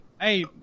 Hey